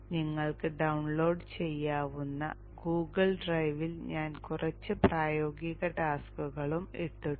നിങ്ങൾക്ക് ഡൌൺലോഡ് ചെയ്യാവുന്ന ഗൂഗിൾ ഡ്രൈവിൽ ഞാൻ കുറച്ച് പ്രായോഗിക ടാസ്ക്കുകളും ഇട്ടിട്ടുണ്ട്